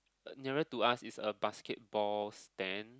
nearer to us is a basketball stand